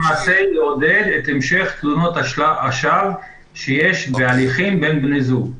החוק הזה מנסה לעודד את המשך תלונות השווא שיש בהליכים בין בני זוג.